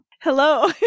hello